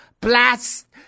blast